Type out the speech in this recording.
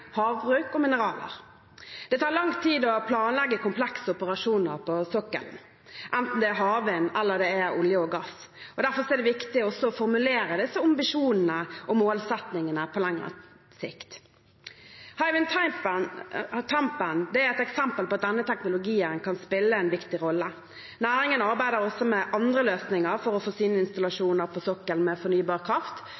havbruk og mineraler. Det tar lang tid å planlegge komplekse operasjoner på sokkelen, enten det er havvind eller olje og gass. Derfor er det viktig også å formulere disse ambisjonene og målsettingene på lengre sikt. Hywind Tampen er et eksempel på at denne teknologien kan spille en viktig rolle. Næringen arbeider også med andre løsninger for å